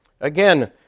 Again